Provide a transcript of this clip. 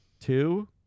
Two